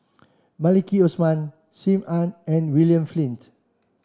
Maliki Osman Sim Ann and William Flint